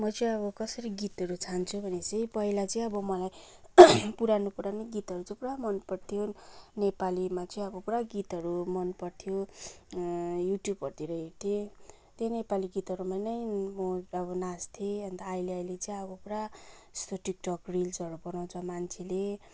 म चाहिँ अब कसरी गीतहरू छान्छु भने चाहिँ पहिला चाहिँ अब मलाई पुरानो पुरानो गीतहरू चाहिँ पुरा मन पर्थ्यो नेपालीमा चाहिँ अब पुरा गीतहरू मन पर्थ्यो युट्युहरूतिर हेर्थेँ त्यही नेपाली गीतहरूमा नै म अब नाच्थेँ अन्त अहिले अहिले चाहिँ अब पुरा यस्तो टिकटक रिल्सहरू बनाउँछ मान्छेले